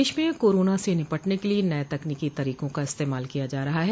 प्रदेश में कोरोना से निपटने के लिए नये तकनीकी तरीकों का इस्तेमाल किया जा रहा है